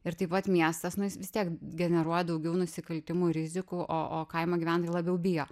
ir taip pat miestas nes vis tiek generuoja daugiau nusikaltimų rizikų o o kaimo gyventojai labiau bijo